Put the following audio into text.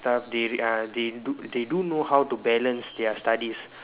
stuff they uh they do they do know how to balance their studies